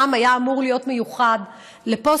הפעם היה אמור להיות מיוחד לפוסט-טראומה,